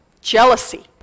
jealousy